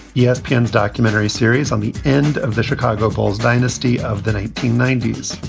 yeah espn and documentary series on the end of the chicago bulls dynasty of the nineteen ninety s.